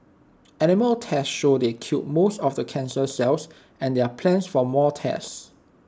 animal tests show they killed most of the cancer cells and there are plans for more tests